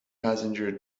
passenger